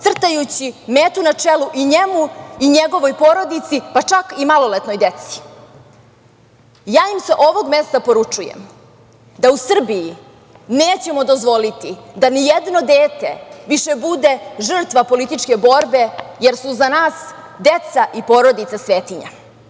crtajući metu na čelo i njemu i njegovoj porodici, pa čak i maloletnoj deci? Ja im sa ovog mesta poručujem da u Srbiji nećemo dozvoliti da nijedno dete više bude žrtva političke borbe, jer su za nas deca i porodica svetinja